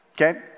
Okay